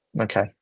Okay